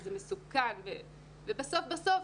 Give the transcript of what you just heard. שזה מסוכן ובסוף בסוף